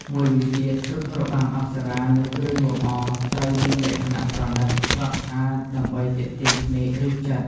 មួយវិញទៀត ឈុតរបាំអប្សរា និងគ្រឿងលម្អត្រូវមានលក្ខណៈ ប្រណីត ស្រស់ស្អាត ដើម្បីទាក់ទាញភ្នែក ឬចិត្ត។